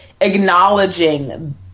acknowledging